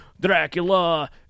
Dracula